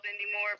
anymore